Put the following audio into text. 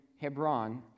Hebron